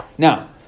Now